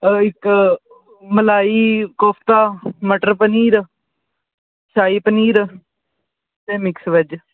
ਇੱਕ ਮਲਾਈ ਕੋਫਤਾ ਮਟਰ ਪਨੀਰ ਸ਼ਾਹੀ ਪਨੀਰ ਅਤੇ mix veg